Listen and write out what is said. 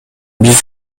биз